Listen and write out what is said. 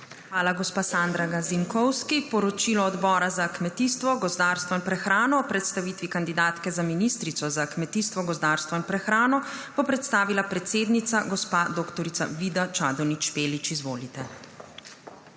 Hvala, gospa Sandra Gazinkovski. Poročilo Odbora za kmetijstvo, gozdarstvo in prehrano o predstavitvi kandidatke za ministrico za kmetijstvo, gozdarstvo in prehrano bo predstavila predsednica gospa dr. Vida Čadonič Špelič. Izvolite.